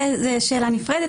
זו שאלה נפרדת.